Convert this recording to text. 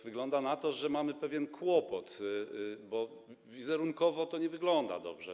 Wygląda na to, że mamy pewien kłopot, bo wizerunkowo to nie wygląda dobrze.